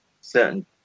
certain